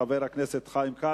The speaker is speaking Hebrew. ברכות לכל מי שעבד על